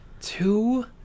two